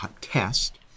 test